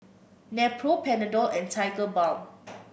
Nepro Panadol and Tigerbalm